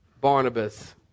Barnabas